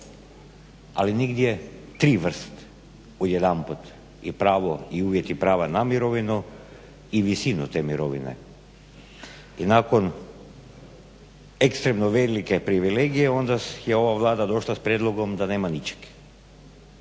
ali nigdje tri vrste odjedanput i pravo i uvjeti prava na mirovinu i visinu te mirovine. I nakon ekstremno velike privilegije onda je ova Vlada došla s prijedlogom da nema ničeg.